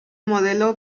modelo